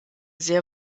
sehr